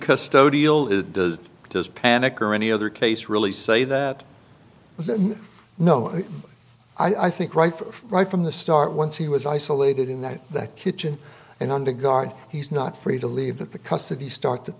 custom does does panic or any other case really say that no i think right right from the start once he was isolated in that that kitchen and under guard he's not free to leave that the custody starts at